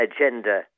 agenda